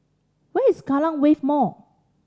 where is Kallang Wave Mall